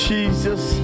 Jesus